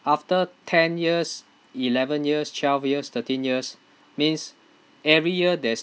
after ten years eleven years twelve years thirteen years means every year there's